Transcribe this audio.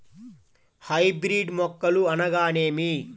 Hybrid మొక్కలు అనగానేమి?